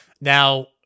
Now